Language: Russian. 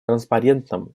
транспарентным